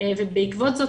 ובעקבות זאת